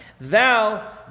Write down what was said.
Thou